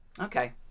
Okay